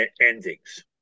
endings